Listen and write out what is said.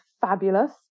fabulous